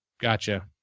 gotcha